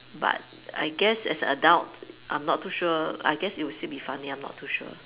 but I guess as a adult I'm not too sure I guess it would still be funny I'm not too sure